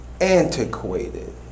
antiquated